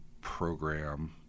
program